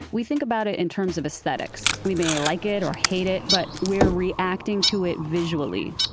we think about it in terms of aesthetics. we may like it or hate it, but we're reacting to it visually.